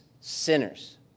sinners